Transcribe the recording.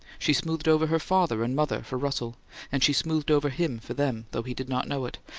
she smoothed over her father and mother for russell and she smoothed over him for them, though he did not know it,